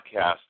podcast